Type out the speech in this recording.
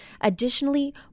Additionally